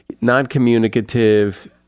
non-communicative